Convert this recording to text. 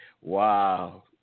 Wow